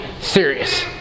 serious